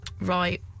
Right